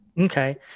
Okay